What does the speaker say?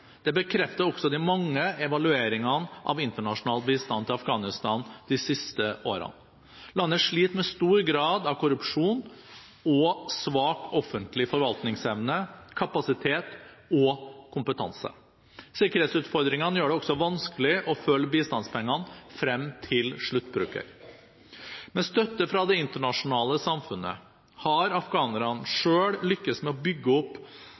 Det bekrefter også de mange evalueringene av internasjonal bistand til Afghanistan de siste årene. Landet sliter med stor grad av korrupsjon og svak offentlig forvaltningsevne, kapasitet og kompetanse. Sikkerhetsutfordringene gjør det også vanskelig å følge bistandspengene frem til sluttbruker. Med støtte fra det internasjonale samfunnet har afghanerne selv lyktes med å bygge opp